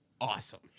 awesome